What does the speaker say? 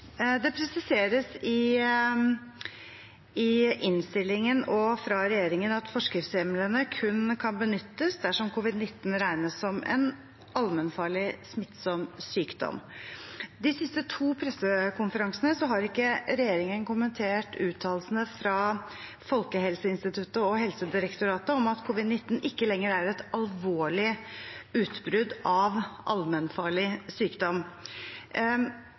fra regjeringen at «forskriftshjemlene kun kan benyttes dersom covid-19 regnes som en allmennfarlig smittsom sykdom». De siste to pressekonferansene har ikke regjeringen kommentert uttalelsene fra Folkehelseinstituttet og Helsedirektoratet om at covid-19 ikke lenger er et alvorlig utbrudd av allmennfarlig sykdom.